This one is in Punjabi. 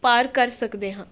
ਪਾਰ ਕਰ ਸਕਦੇ ਹਾਂ